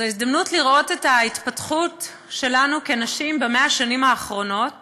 זו הזדמנות לראות את ההתפתחות שלנו כנשים במאה השנים האחרונות